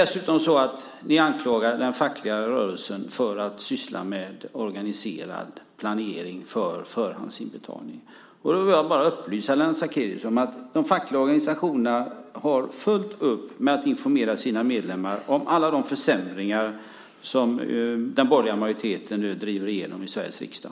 Dessutom anklagar ni den fackliga rörelsen för att syssla med organiserad planering för förhandsinbetalning. Då vill jag bara upplysa Lennart Sacrédeus om att de fackliga organisationerna har fullt upp med att informera sina medlemmar om alla de försämringar som den borgerliga majoriteten nu driver igenom i Sveriges riksdag.